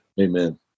Amen